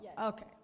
Okay